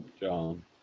John